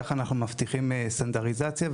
ככה אנחנו מבטיחים סטנדרטיזציה,